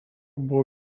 buvo